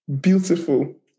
Beautiful